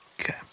Okay